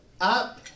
up